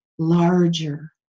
Larger